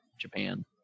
Japan